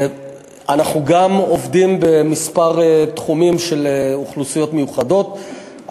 אנחנו גם עובדים בכמה תחומים של אוכלוסיות מיוחדות,